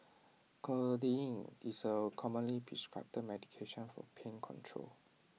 codeine is A commonly prescribed medication for pain control